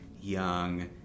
young